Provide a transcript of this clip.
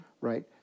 right